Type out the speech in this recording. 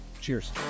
Cheers